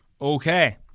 Okay